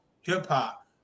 hip-hop